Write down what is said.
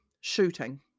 shooting